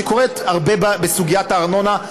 שקורית הרבה בסוגיית הארנונה,